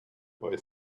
boy